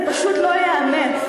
זה פשוט לא ייאמן.